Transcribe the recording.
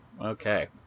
okay